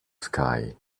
sky